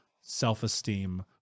self-esteem